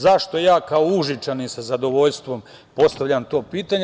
Zašto ja kao Užičanin sa zadovoljstvom postavljam to pitanje?